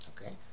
Okay